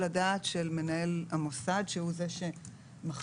הדעת של מנהל המוסד שהוא זה שמחליט.